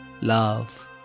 love